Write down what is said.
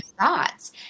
thoughts